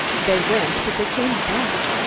they went, but they came back.